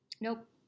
Nope